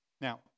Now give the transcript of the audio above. Now